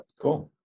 Cool